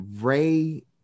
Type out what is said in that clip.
Ray